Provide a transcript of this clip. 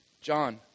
John